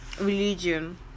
religion